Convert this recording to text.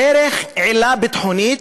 דרך עילה ביטחונית,